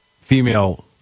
female